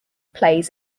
plays